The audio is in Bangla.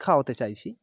খাওয়াতে চাইছি